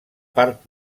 part